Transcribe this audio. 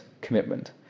commitment